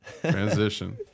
transition